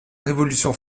révolution